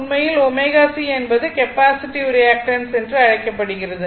உண்மையில் ω C என்பது capacitive reactance என்று அழைக்கப்படுகிறது